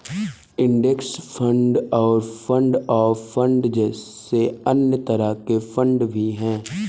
index fund और fund of fund जैसे अन्य तरह के फण्ड भी हैं